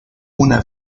una